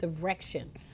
direction